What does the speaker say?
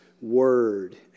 Word